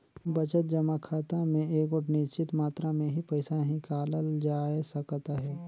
बचत जमा खाता में एगोट निच्चित मातरा में ही पइसा हिंकालल जाए सकत अहे